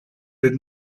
did